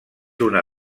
una